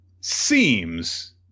seems